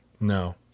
No